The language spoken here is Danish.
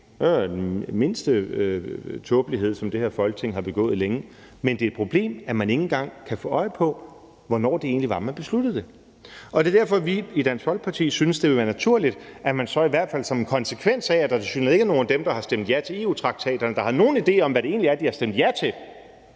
Det er den mindste tåbelighed, som det her Folketing har begået længe. Men det er et problem, at man ikke engang kan få øje på, hvornår man egentlig besluttede det. Det er derfor, vi i Dansk Folkeparti synes, det ville være naturligt, at man så i hvert fald som en konsekvens af, at der tilsyneladende ikke er nogen af dem, der har stemt ja til EU-traktaterne, der har nogen idé om, hvad det egentlig er, de har stemt ja til,